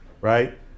right